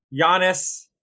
Giannis